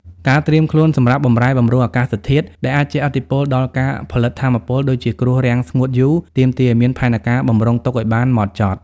ការត្រៀមខ្លួនសម្រាប់ "បម្រែបម្រួលអាកាសធាតុ" ដែលអាចជះឥទ្ធិពលដល់ការផលិតថាមពល (ដូចជាគ្រោះរាំងស្ងួតយូរ) ទាមទារឱ្យមានផែនការបម្រុងទុកឱ្យបានហ្មត់ចត់។